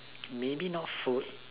maybe not food